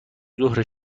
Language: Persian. ظهر